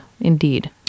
indeed